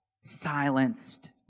silenced